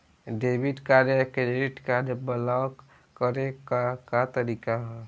Debit या credit card block करे के का तरीका ह?